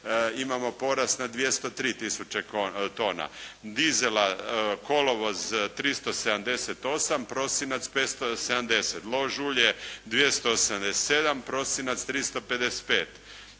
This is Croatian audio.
imamo porast na 203 tisuće tona dizela, kolovoz 378, prosinac 570, lož ulje 287, prosinac 355.